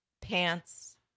pants